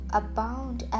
abound